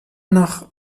noch